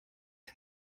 den